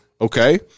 Okay